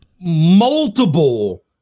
multiple